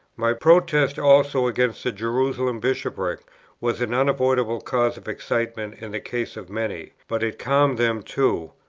my protest also against the jerusalem bishopric was an unavoidable cause of excitement in the case of many but it calmed them too,